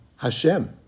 Hashem